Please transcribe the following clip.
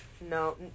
No